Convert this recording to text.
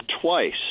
twice